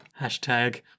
Hashtag